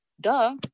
duh